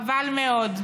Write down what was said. חבל מאוד.